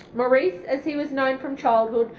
maurice, as he was known from childhood,